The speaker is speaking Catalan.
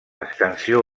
extensió